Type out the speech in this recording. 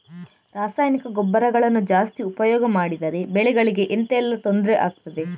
ರಾಸಾಯನಿಕ ಗೊಬ್ಬರಗಳನ್ನು ಜಾಸ್ತಿ ಉಪಯೋಗ ಮಾಡಿದರೆ ಬೆಳೆಗಳಿಗೆ ಎಂತ ಎಲ್ಲಾ ತೊಂದ್ರೆ ಆಗ್ತದೆ?